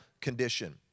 condition